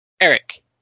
Eric